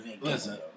Listen